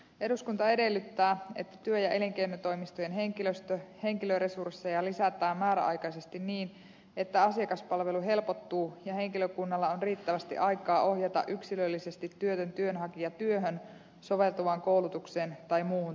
eduskunta edellyttää että työ ja elinkeinotoimistojen henkilöresursseja lisätään määräaikaisesti niin että asiakaspalvelu helpottuu ja henkilökunnalla on riittävästi aikaa ohjata yksilöllisesti työtön työnhakija työhön soveltuvaan koulutukseen tai muuhun toimenpiteeseen